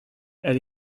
elle